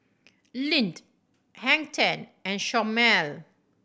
Lindt Hang Ten and Chomel